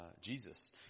Jesus